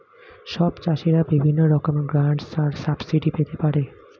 সব চাষীরা বিভিন্ন রকমের গ্র্যান্টস আর সাবসিডি পেতে পারে